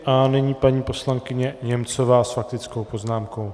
A nyní paní poslankyně Němcová s faktickou poznámkou.